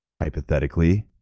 hypothetically